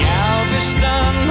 Galveston